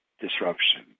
disruption